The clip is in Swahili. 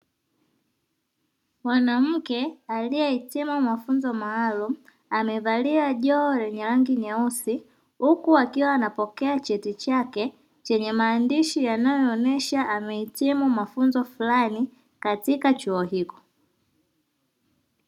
Mwanamke aliyehitimu mafunzo maalumu amevalia joho lenye rangi nyeusi, huku akiwa anapokea cheti chake chenye maandishi yanayoonyesha amehitimu mafunzo fulani katika chuo hicho.